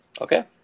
Okay